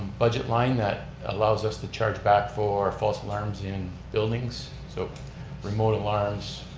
budget line that allows us to charge back for false alarms in buildings. so remote alarms,